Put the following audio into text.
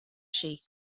sheet